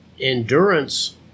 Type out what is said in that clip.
endurance